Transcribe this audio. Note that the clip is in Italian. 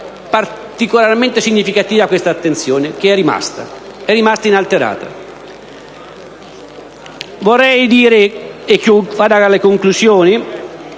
particolarmente significativo che questa attenzione sia rimasta inalterata. Vorrei dire, in conclusione,